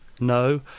No